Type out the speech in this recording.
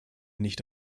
nicht